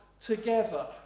together